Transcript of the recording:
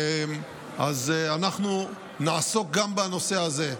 אז אנחנו נעסוק גם בנושא הזה.